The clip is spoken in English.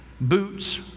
boots